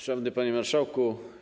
Szanowny Panie Marszałku!